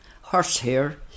Horsehair